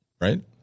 right